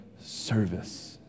service